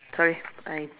sorry I